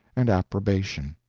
and approbation.